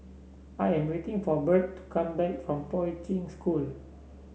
I am waiting for Birt to come back from Poi Ching School